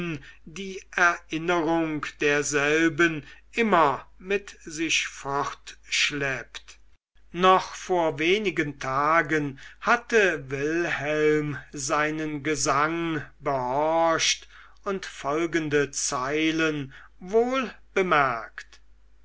die erinnerung derselben immer mit sich fortschleppt noch vor einigen tagen hatte wilhelm seinen gesang behorcht und folgende zeilen